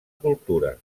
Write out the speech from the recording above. cultura